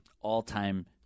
All-time